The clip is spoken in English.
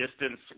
distance